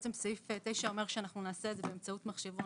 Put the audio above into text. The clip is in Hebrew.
סעיף 9 אומר שאנחנו נעשה את זה באמצעות מחשבון